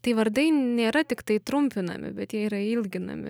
tai vardai nėra tiktai trumpinami bet jie yra ilginami